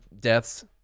deaths